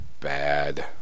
bad